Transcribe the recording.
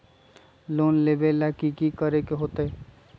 Loan लेबे ला की कि करे के होतई?